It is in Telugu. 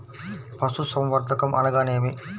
పశుసంవర్ధకం అనగానేమి?